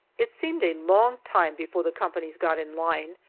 it seemed a long time before the companies got in line,